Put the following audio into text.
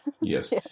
yes